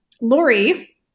Lori